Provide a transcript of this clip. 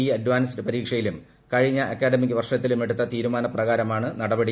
E advanced പരീക്ഷയ്ക്കിലും കഴിഞ്ഞ അക്കാദമിക വർഷത്തിലും എടുത്ത തീരുമാനപ്രകാര്മാണ് നടപടി